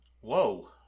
Whoa